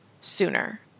sooner